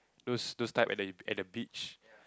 those those type at the at the beach